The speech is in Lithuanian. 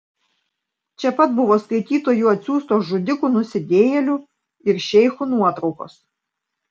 čia pat buvo skaitytojų atsiųstos žudikų nusidėjėlių ir šeichų nuotraukos